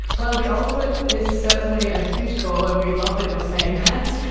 well, the ultimate is certainly a huge call, and we love that you're saying that.